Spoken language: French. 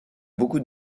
beaucoup